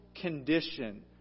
condition